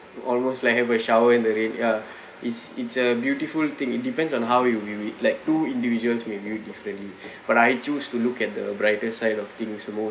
almost like have a shower in the rain ya it's it's a beautiful thing it depends on how you view it like two individuals may view it differently but I choose to look at the brighter side of things